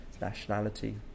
nationality